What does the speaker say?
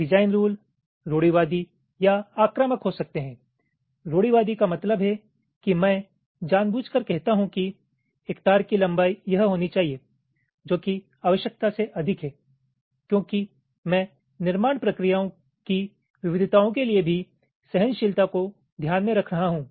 design rule रूढ़िवादी या आक्रामक हो सकते हैं रूढ़िवादी का मतलब है कि मैं जानबूझकर कहता हूं कि एक तार की लंबाई यह होनी चाहिए जो कि आवश्यकता से अधिक है क्योंकि मैं निर्माण प्रक्रिया की विविधताओं के लिए भी सहनशीलता को ध्यान में रख रहा हूं